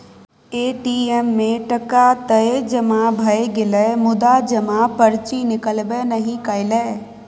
ATM मे टका तए जमा भए गेलै मुदा जमा पर्ची निकलबै नहि कएलै